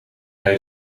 hij